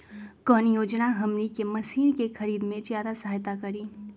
कौन योजना हमनी के मशीन के खरीद में ज्यादा सहायता करी?